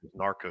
Narcos